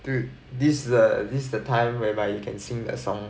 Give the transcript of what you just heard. dude this is the this is the time whereby you can sing the song